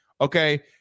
okay